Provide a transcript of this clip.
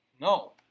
No